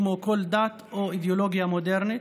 כמו כל דת או אידיאולוגיה מודרנית,